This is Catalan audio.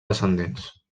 descendents